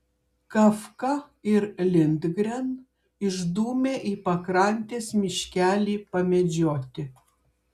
kafka ir lindgren išdūmė į pakrantės miškelį pamedžioti